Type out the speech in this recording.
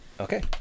Okay